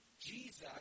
Jesus